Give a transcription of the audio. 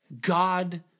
God